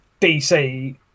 DC